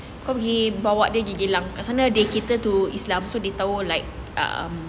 kau pergi bawa dia pergi geylang kat sana they cater to islam so they tahu like um